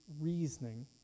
reasoning